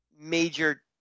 major